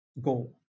goal